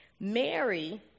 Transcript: Mary